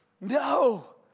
no